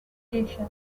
station